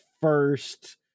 first